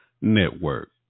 Network